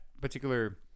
particular